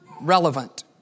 relevant